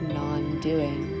non-doing